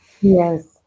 Yes